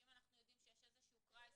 שאם אנחנו יודעים שיש איזשהו crisis,